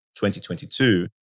2022